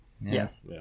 Yes